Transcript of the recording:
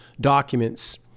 documents